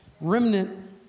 Remnant